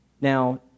Now